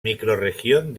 microrregión